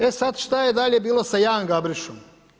E sada šta je dalje bilo sa Jan Gabrišom.